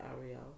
Ariel